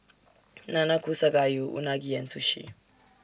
Nanakusa Gayu Unagi and Sushi